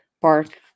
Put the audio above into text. park